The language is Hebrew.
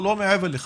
לא מעבר לכך.